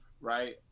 right